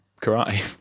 karate